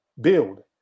Build